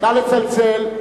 נא לצלצל.